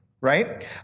right